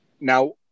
Now